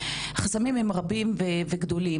החסמים הם רבים וגדולים.